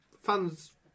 fans